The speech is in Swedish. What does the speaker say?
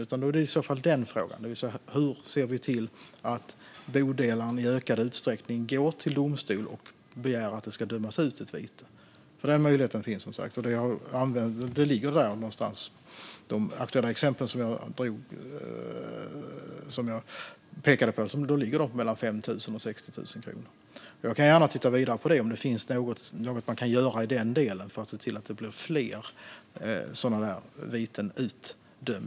Frågan är i så fall hur vi ser till att bodelaren i ökad utsträckning går till domstol och begär att det ska dömas ut ett vite. Den möjligheten finns som sagt, och de aktuella exempel som jag pekade på ligger mellan 5 000 och 60 000 kronor. Jag kan gärna titta vidare på om det finns någonting man kan göra för att se till att fler sådana viten utdöms.